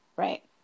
Right